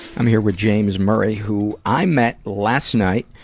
i'm here with james murray, who i met last night,